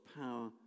power